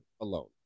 alone